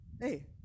Hey